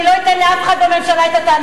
אני לא אתן לאף אחד בממשלה את התענוג,